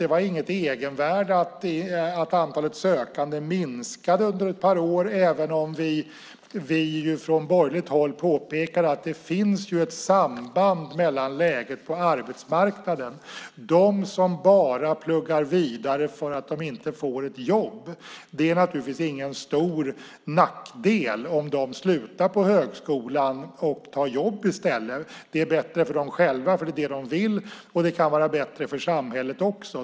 Det var inget egenvärde att antalet sökande minskade under ett par år, även om vi från borgerligt håll påpekade att det finns ett samband när det gäller läget på arbetsmarknaden. Det finns de som pluggar vidare för att de inte får ett jobb. Det är naturligtvis ingen stor nackdel om de slutar på högskolan och tar jobb i stället. Det är bättre för dem själva, för det är det de vill. Det kan vara bättre för samhället också.